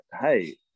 hey